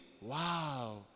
wow